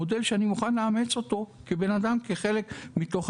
מודל שאני מוכן לאמץ אותו כאדם שהוא חלק מהציבור,